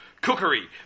Cookery